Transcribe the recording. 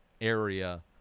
area